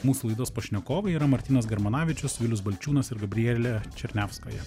mūsų laidos pašnekovai yra martynas germanavičius vilius balčiūnas ir gabrielę černiauską